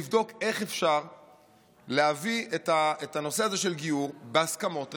לבדוק איך אפשר להביא את הנושא הזה של גיור בהסכמות רחבות.